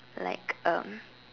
like um